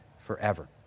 forever